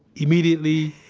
immediately,